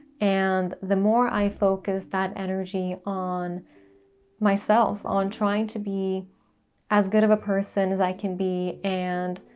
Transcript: and the more i focus that energy on myself, on trying to be as good of a person as i can be and